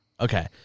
Okay